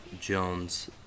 Jones